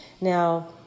Now